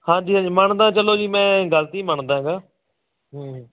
ਹਾਂਜੀ ਹਾਂਜੀ ਮੰਣਦਾ ਚੱਲੋ ਜੀ ਮੈਂ ਗਲਤੀ ਮੰਨਦਾ ਗਾ ਹੂੰ